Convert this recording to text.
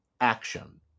action